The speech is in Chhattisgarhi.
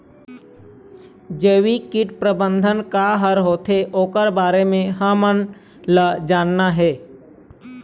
जैविक कीट प्रबंधन का हर होथे ओकर बारे मे हमन ला जानना हे?